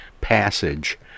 passage